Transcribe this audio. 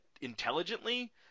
intelligently